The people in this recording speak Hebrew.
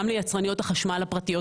גם ליצרניות החשמל הפרטיות.